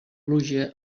pluja